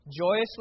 joyously